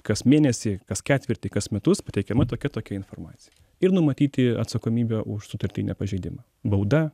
kas mėnesį kas ketvirtį kas metus pateikiama tokia tokia informacija ir numatyti atsakomybę už sutartinę pažeidimą bauda